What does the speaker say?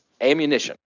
ammunition